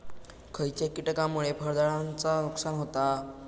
खयच्या किटकांमुळे फळझाडांचा नुकसान होता?